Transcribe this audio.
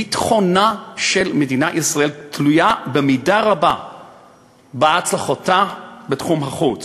ביטחונה של מדינת ישראל תלוי במידה רבה בהצלחתה בתחום החוץ.